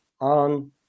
on